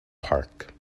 park